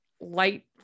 light